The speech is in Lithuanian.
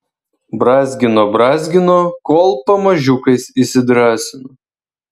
brązgino brązgino kol pamažiukais įsidrąsino